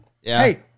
Hey